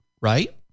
right